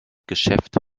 geschäft